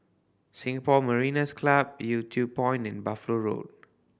Singapore Mariners' Club Yew Tee Point and Buffalo Road